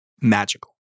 magical